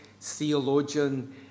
theologian